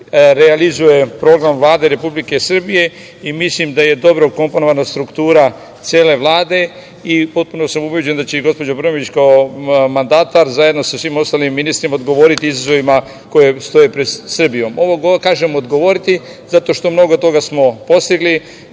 realizuje program Vlade Republike Srbije i mislim da je dobro ukomponovana struktura cele Vlade. Potpuno sam ubeđen da će gospođa Brnabić kao mandatar zajedno sa svim ostalim ministrima odgovoriti izazovima koji stoje pred Srbijom. Kažem odgovoriti zato što smo mnogo toga postigli.